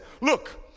look